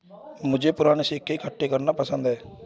मुझे पूराने सिक्के इकट्ठे करना पसंद है